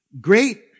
Great